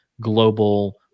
global